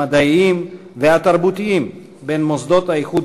המדעיים והתרבותיים בין מוסדות האיחוד